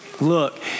look